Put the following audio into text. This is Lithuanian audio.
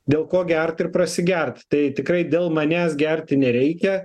dėl ko gert ir prasigert tai tikrai dėl manęs gerti nereikia